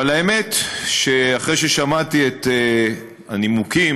אבל האמת, אחרי ששמעתי את הנימוקים